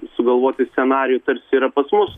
sugalvoti scenarijų tarsi yra pas mus